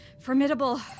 Formidable